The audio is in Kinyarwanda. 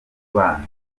bana